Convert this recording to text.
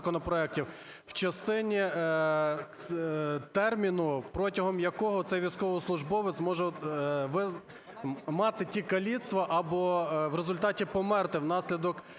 в частині терміну, протягом якого цей військовослужбовець може мати ті каліцтва або в результаті померти внаслідок